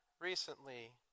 recently